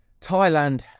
Thailand